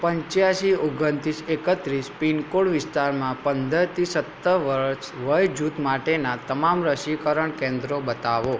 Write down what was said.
પંચ્યાસી ઓગણત્રીસ એકત્રીસ પિનકોડ વિસ્તારમાં પંદરથી સત્તર વર્ષ વય જૂથ માટેનાં તમામ રસીકરણ કેન્દ્રો બતાવો